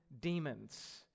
demons